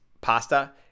pasta